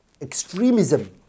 extremism